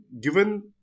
given